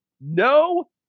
no